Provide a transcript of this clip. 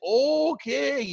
okay